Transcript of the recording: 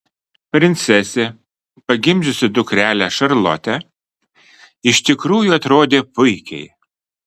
princesė pagimdžiusi dukrelę šarlotę iš tikrųjų atrodė puikiai